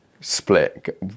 split